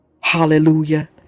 Hallelujah